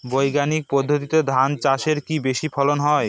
বৈজ্ঞানিক পদ্ধতিতে ধান চাষে কি বেশী ফলন হয়?